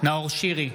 נאור שירי,